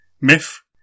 Miff